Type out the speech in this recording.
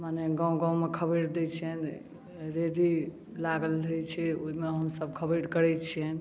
मने गाँव गाँवमे खबरि दै छिअनि रेहड़ी लागल रहै छै ओहिमे हमसब खबरि करै छिअनि